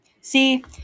see